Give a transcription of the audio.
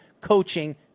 coaching